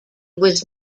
was